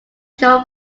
shore